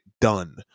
done